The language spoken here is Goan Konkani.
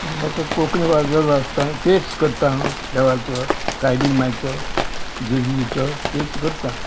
म्हाका कोंकणी भाजता तेर्स करता हांव देवाचो सायबीण मायचो झेजुरीचो तेर्स करता